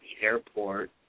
airport